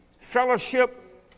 fellowship